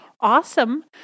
awesome